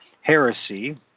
Heresy